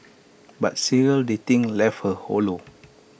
but serial dating left her hollow